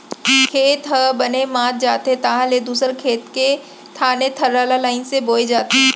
खेत ह बने मात जाथे तहाँ ले दूसर खेत के लाने थरहा ल लईन से बोए जाथे